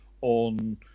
on